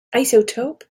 isotope